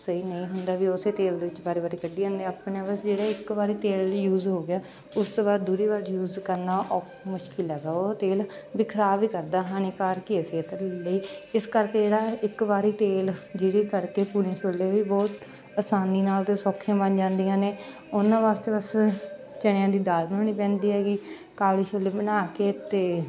ਸਹੀ ਨਹੀਂ ਹੁੰਦਾ ਵੀ ਉਸੇ ਤੇਲ ਦੇ ਵਿੱਚ ਬਾਰੀ ਬਾਰੀ ਕੱਢੀ ਜਾਂਦੇ ਆ ਆਪਣੇ ਬਸ ਜਿਹੜੇ ਇੱਕ ਵਾਰੀ ਤੇਲ ਯੂਜ ਹੋ ਗਿਆ ਉਸ ਤੋਂ ਬਾਅਦ ਦੂਰੀ ਵਾਰ ਯੂਜ ਕਰਨਾ ਔਖਾ ਮੁਸ਼ਕਿਲ ਹੈਗਾ ਉਹ ਤੇਲ ਵੀ ਖਰਾਬ ਹੀ ਕਰਦਾ ਹਾਨੀਕਾਰਕ ਹੀ ਹੈ ਸਿਹਤ ਲਈ ਇਸ ਕਰਕੇ ਜਿਹੜਾ ਇੱਕ ਵਾਰੀ ਤੇਲ ਜਿਹਦੇ ਕਰਕੇ ਪੂਰੀਆਂ ਛੋਲੇ ਵੀ ਬਹੁਤ ਆਸਾਨੀ ਨਾਲ ਅਤੇ ਸੌਖੀਆਂ ਬਣ ਜਾਂਦੀਆਂ ਨੇ ਉਹਨਾਂ ਵਾਸਤੇ ਬਸ ਚਣਿਆਂ ਦੀ ਦਾਲ ਬਣਾਉਣੀ ਪੈਂਦੀ ਹੈਗੀ ਕਾਲੇ ਛੋਲੇ ਬਣਾ ਕੇ ਅਤੇ